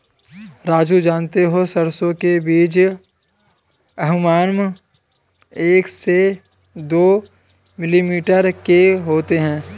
राजू जानते हो सरसों के बीज अमूमन एक से दो मिलीमीटर के होते हैं